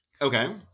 Okay